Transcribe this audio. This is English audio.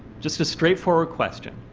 just a straightforward question.